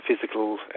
physical